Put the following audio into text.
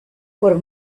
por